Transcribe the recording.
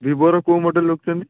ଭିବୋର କେଉଁ ମଡ଼େଲ୍ ରଖୁଛନ୍ତି